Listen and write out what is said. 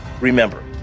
remember